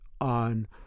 on